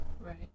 Right